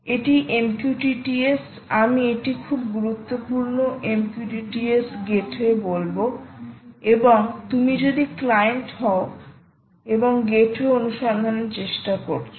এটি MQTT S আমি এটি খুব গুরুত্বপূর্ণ MQTT S গেটওয়ে বলব এবং তুমি যদি ক্লায়েন্ট হও এবং গেটওয়ে অনুসন্ধানের চেষ্টা করছো